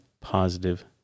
positive